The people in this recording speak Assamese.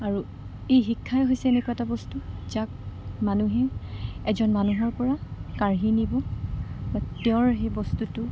আৰু এই শিক্ষাই হৈছে এনেকুৱা এটা বস্তু যাক মানুহে এজন মানুহৰপৰা কাঢ়ি নিব বা তেওঁৰ সেই বস্তুটো